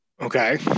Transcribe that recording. okay